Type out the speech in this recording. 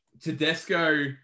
Tedesco